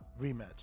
rematch